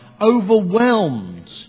overwhelmed